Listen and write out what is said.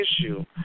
issue